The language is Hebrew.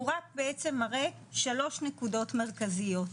הוא רק בעצם מראה 3 נקודות מרכזיות.